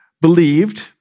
believed